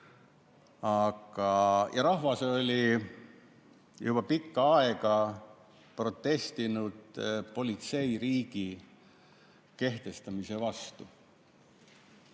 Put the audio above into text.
Rahvas oli juba pikka aega protestinud politseiriigi kehtestamise vastu.